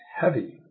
heavy